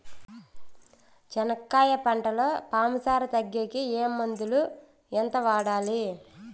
చెనక్కాయ పంటలో పాము సార తగ్గేకి ఏ మందులు? ఎంత వాడాలి?